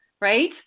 right